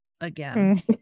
again